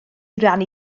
rannu